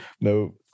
No